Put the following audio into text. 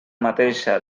mateixa